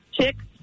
chicks